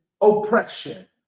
oppression